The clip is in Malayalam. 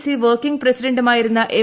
സി വർക്കിങ് പ്രസിഡന്റുമായിരുന്ന എം